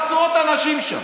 עשרות אנשים שם,